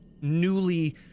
newly